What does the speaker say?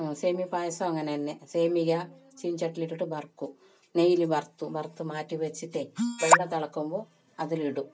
സേമിയ പായസം അങ്ങനെ തന്നെ സേമിക ചീന ചട്ടിയിൽ ഇട്ടിട്ട് വറക്കും നെയ്യിൽ വറുത്തു വറുത്ത് മാറ്റി വച്ചിട്ട് വെള്ളം തിളക്കുമ്പോൾ അതിലിടും